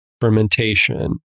fermentation